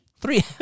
Three